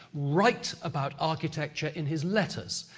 write about architecture in his letters.